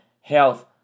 health